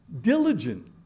Diligent